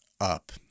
up